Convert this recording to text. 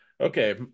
okay